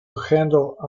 handle